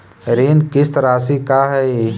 ऋण किस्त रासि का हई?